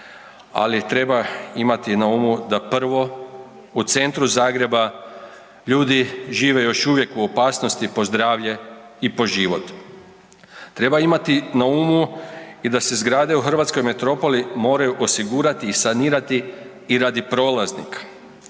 ali treba imati na umu da prvo u centru Zagreba ljudi žive još uvijek u opasnosti po zdravlje i po život. Treba imati na umu i da se zgrade u hrvatskoj metropoli moraju osigurati i sanirati i radi prolaznika.